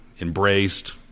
embraced –